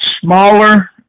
smaller